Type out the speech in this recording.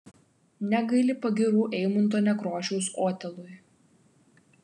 negaili pagyrų eimunto nekrošiaus otelui